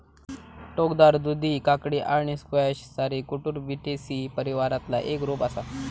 टोकदार दुधी काकडी आणि स्क्वॅश सारी कुकुरबिटेसी परिवारातला एक रोप असा